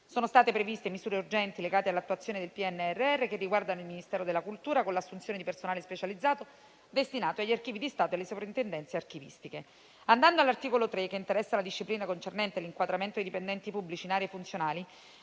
Sono state previste misure urgenti legate all'attuazione del PNRR che riguardano il Ministero della cultura, con l'assunzione di personale specializzato destinato agli archivi di Stato e alle sovrintendenze archivistiche. Andando all'articolo 3 - che interessa la disciplina concernente l'inquadramento dei dipendenti pubblici in aree funzionali,